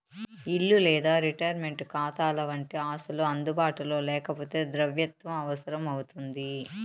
ఇల్లు లేదా రిటైర్మంటు కాతాలవంటి ఆస్తులు అందుబాటులో లేకపోతే ద్రవ్యత్వం అవసరం అవుతుంది